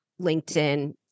LinkedIn